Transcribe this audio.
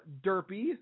Derpy